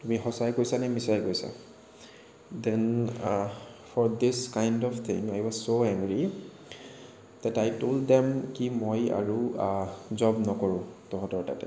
তুমি সঁচাই কৈছা নে মিচাই কৈছা then for this kind of things I was so angry that I told them কি মই আৰু জব নকৰোঁ তহঁতৰ তাতে